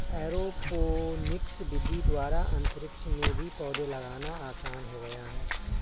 aeroponics विधि द्वारा अंतरिक्ष में भी पौधे लगाना आसान हो गया है